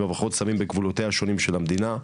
הברחות סמים בגבולותיה השונים של המדינה,